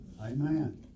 Amen